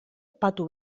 patu